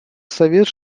совет